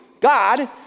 God